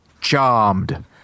Charmed